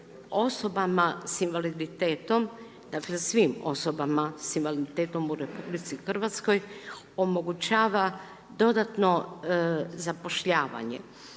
osobama s invaliditetom dakle svim osobama s invaliditetom u RH, omogućava dodatno zapošljavanje.